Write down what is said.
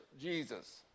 Jesus